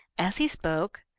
as he spoke,